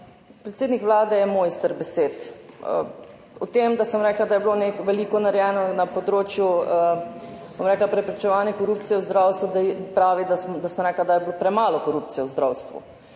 Predsednik Vlade je mojster besed. Ob tem, da sem rekla, da je bilo veliko narejeno na področju preprečevanja korupcije v zdravstvu, pravi, da sem rekla, da je bilo premalo korupcije v zdravstvu,